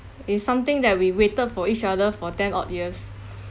it's something that we waited for each other for ten odd years